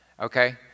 Okay